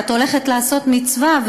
את הולכת לעשות מצווה,